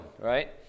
right